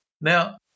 Now